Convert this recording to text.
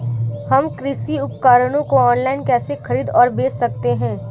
हम कृषि उपकरणों को ऑनलाइन कैसे खरीद और बेच सकते हैं?